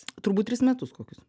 turbūt tris metus kokius